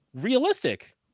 realistic